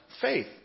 faith